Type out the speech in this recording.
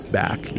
back